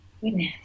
goodness